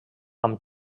amb